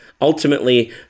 Ultimately